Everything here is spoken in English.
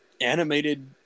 animated